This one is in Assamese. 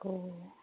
আকৌ